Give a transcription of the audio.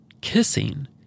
kissing